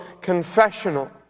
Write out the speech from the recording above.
confessional